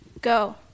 Go